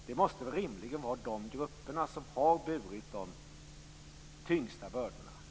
Det måste väl rimligen vara dessa grupper som har burit de tyngsta bördorna.